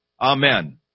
Amen